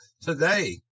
today